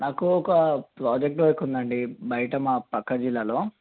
నాకు ఒక project work ఉందండి బయట మా పక్క జిల్లాలో